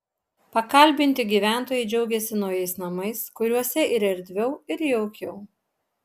pakalbinti gyventojai džiaugėsi naujais namais kuriuose ir erdviau ir jaukiau